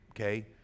okay